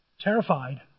terrified